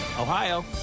Ohio